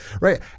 Right